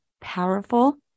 powerful